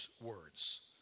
words